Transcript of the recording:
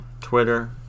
twitter